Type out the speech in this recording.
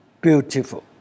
beautiful